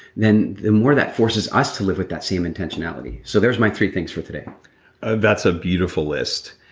then the more that forces us to live with that same intentionality, so there's my three things for today ah that's a beautiful list.